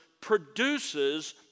produces